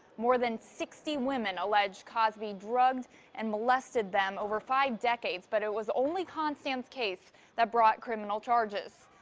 more than sixty women alleged cosby drugged and molested them over five decades. but it was only constand's case that brought criminal charges.